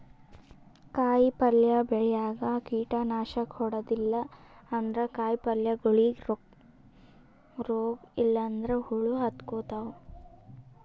ಕಾಯಿಪಲ್ಯ ಬೆಳ್ಯಾಗ್ ಕೀಟನಾಶಕ್ ಹೊಡದಿಲ್ಲ ಅಂದ್ರ ಕಾಯಿಪಲ್ಯಗೋಳಿಗ್ ರೋಗ್ ಇಲ್ಲಂದ್ರ ಹುಳ ಹತ್ಕೊತಾವ್